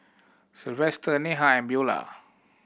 Silvester Neha and Beula